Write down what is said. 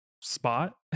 spot